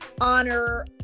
honor